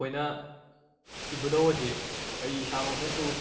ꯑꯩꯈꯣꯏꯅ ꯏꯕꯨꯗꯧ ꯑꯁꯤ ꯑꯩ ꯏꯁꯥꯃꯛꯅꯁꯨ